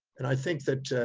and i think that